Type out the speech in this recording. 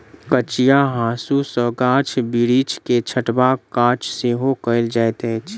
कचिया हाँसू सॅ गाछ बिरिछ के छँटबाक काज सेहो कयल जाइत अछि